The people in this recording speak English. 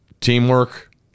Teamwork